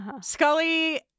Scully